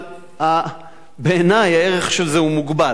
אבל בעיני הערך של זה הוא מוגבל,